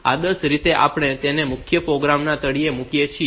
તેથી આદર્શ રીતે આપણે તેને મુખ્ય પ્રોગ્રામ ના તળિયે મૂકીએ છીએ